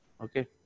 Okay